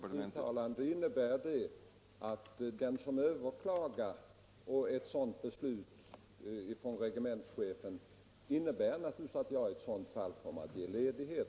Herr talman! Mitt uttalande innebär naturligtvis, att jag kommer att ge den som i ett sådant här fall överklagar ett avslagsbeslut från regementschefen ledighet.